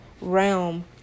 realm